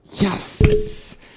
Yes